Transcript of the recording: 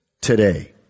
today